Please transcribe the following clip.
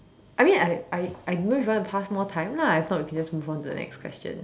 I mean I I I don't know if you want to pass more time lah if not we can just move on to the next question